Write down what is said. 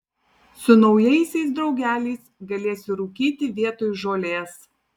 su naujaisiais draugeliais galėsi rūkyti vietoj žolės